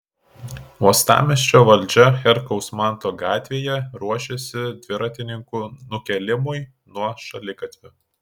uostamiesčio valdžia herkaus manto gatvėje ruošiasi dviratininkų nukėlimui nuo šaligatvių